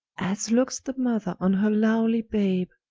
as lookes the mother on her lowly babe,